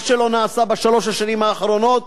מה שלא נעשה בשלוש השנים האחרונות,